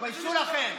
תתביישו לכם.